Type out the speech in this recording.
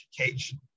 education